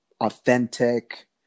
authentic